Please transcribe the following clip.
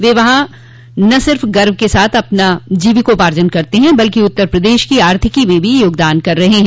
वे वहां न सिर्फ़ गर्व के साथ अपनी जीविकापार्जन करते हैं बल्कि उत्तर प्रदेश की आर्थिकी में भी योगदान कर रहे हैं